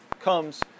comes